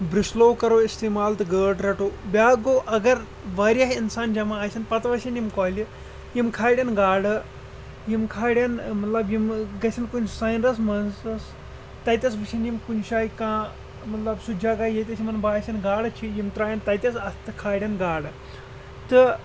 بِرٛسلوٚو کَرو اِستعمال تہٕ گٲڈ رَٹو بیٛاکھ گوٚو اَگر واریاہ اِنسان جمع آسن پَتہٕ وَسن یِم کۄلہِ یِم کھالَن گاڈٕ یِم کھالَن مطلب یِم گژھن کُنہِ سایڈَس منٛزَس تَتٮ۪س وٕچھَن یِم کُنہِ جاے کانٛہہ مطلب سُہ جگہ ییٚتٮ۪تھ یِمَن باسٮ۪ن گاڈٕ چھِ یِم ترٛایَن تَتٮ۪تھ اَتھٕ تہٕ کھالَن گاڈٕ تہٕ